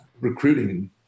recruiting